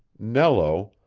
nello,